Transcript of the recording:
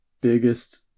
biggest